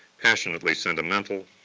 passionately sentimental,